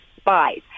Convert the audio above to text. spies